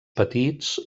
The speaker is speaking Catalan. petits